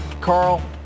Carl